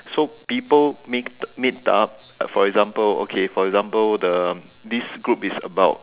so people meet meet up for example okay for example the this group is about